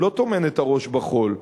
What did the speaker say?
הוא לא טומן את הראש בחול,